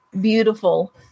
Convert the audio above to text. beautiful